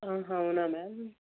అవునా మ్యామ్